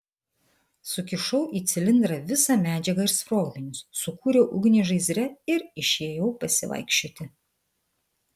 sukišau į cilindrą visą medžiagą ir sprogmenis sukūriau ugnį žaizdre ir išėjau pasivaikščioti